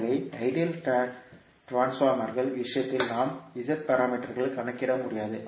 எனவே ஐடியல் டிரான்ஸ்பார்மர்கள் விஷயத்தில் நாம் Z பாராமீட்டர்களைக் கணக்கிட முடியாது